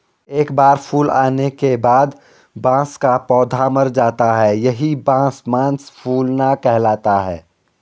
एक बार फूल आने के बाद बांस का पौधा मर जाता है यही बांस मांस फूलना कहलाता है